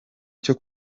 cyo